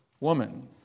woman